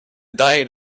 diet